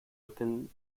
open